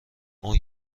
اون